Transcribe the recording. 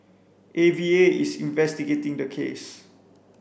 A V A is investigating the case